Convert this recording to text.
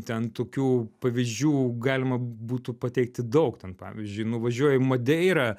ten tokių pavyzdžių galima būtų pateikti daug ten pavyzdžiui nuvažiuoji į madeirą